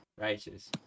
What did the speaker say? Righteous